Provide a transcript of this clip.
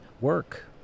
work